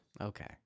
Okay